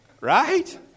Right